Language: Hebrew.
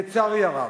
לצערי הרב,